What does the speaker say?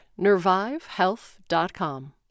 NerviveHealth.com